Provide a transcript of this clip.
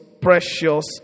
precious